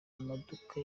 maduka